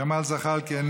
ג'מאל זחאלקה,